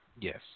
Yes